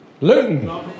Luton